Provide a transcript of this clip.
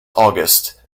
august